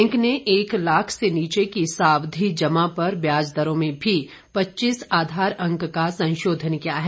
bank ने एक लाख से नीचे की सावधि जमा पर ब्याज दरों में भी पच्चीस आधार अंक का संशोधन किया है